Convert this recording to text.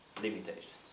limitations